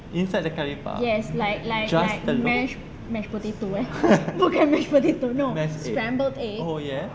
inside the curry puff like just telur mashed egg oh ya